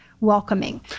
welcoming